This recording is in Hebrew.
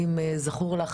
אני עדנה סבג ואם זכור לך,